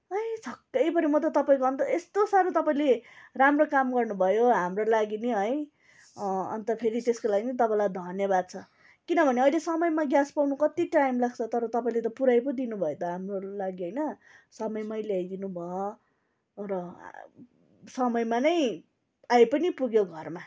पै छक्कै पँरे म त यस्तो साह्रो तपाईँले राम्रो काम गर्नुभयो हाम्रो लागि नि है अन्त फेरि त्यसको लागि नि तपाईँलाई धन्यवाद छ किनभने अहिले समयमा ग्यास पाउनु कत्ति टाइम लाग्छ तर तपाईँले त पुराई पो दिनु भयो त हाम्रो लागि होइन समयमै ल्याइदिनु भए र समयमा नै आई पनि पुग्यो घरमा